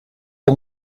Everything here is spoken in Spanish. las